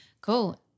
cool